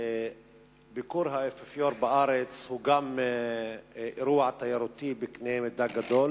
ביקור האפיפיור בארץ הוא גם אירוע תיירותי בקנה מידה גדול.